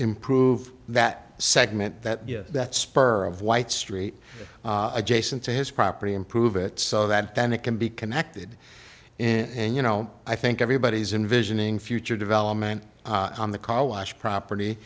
improve that segment that that spur of white street adjacent to his property improve it so that then it can be connected and you know i think everybody's envisioning future development on the car wash property